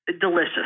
delicious